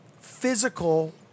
physical